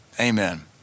Amen